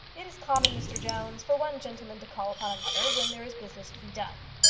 it is common, mr jones, for one gentleman to call upon another when there is business to be done,